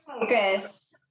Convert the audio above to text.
Focus